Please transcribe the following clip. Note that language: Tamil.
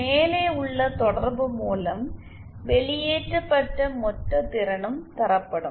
மேலே உள்ள தொடர்பு மூலம் வெளியேற்றப்பட்ட மொத்த திறனும்தரப்படும்